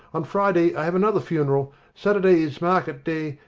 on friday i have another funeral. saturday is market day.